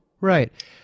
right